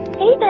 hey, and